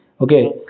Okay